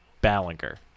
Ballinger